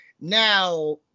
Now